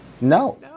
no